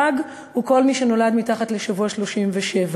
פג הוא כל מי שנולד לפני השבוע ה-37.